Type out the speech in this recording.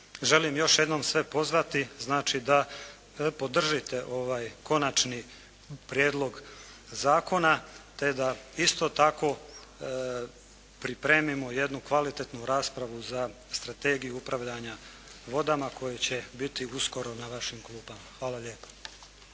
želim još jednom sve pozvati znači da podržite ovaj Konačni prijedlog zakona, te da isto tako pripremimo jednu kvalitetnu raspravu za strategiju upravljanja vodama koja će biti uskoro na vašim klupama. Hvala lijepo.